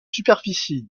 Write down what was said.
superficie